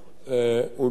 מבחינה זאת,